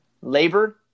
labor